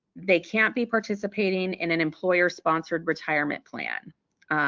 they can't be participating in an employer sponsored retirement plan.